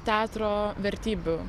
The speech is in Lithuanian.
teatro vertybių